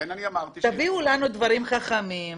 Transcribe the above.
תביאו לנו דברים חכמים,